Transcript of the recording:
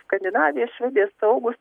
skandinavija švedija saugūs